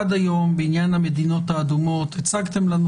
עד היום בעניין המדינות האדומות הצגתם לנו